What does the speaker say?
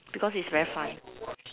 because it's very funny